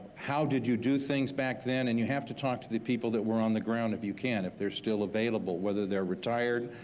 how did you do things back then? and you have to talk to the people that were on the ground if you can, if they're still available whether they're retired.